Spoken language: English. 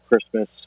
Christmas